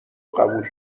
قبول